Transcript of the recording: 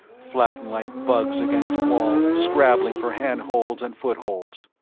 flattened like bugs against a wall, scrabbling for hand-holds and footholds.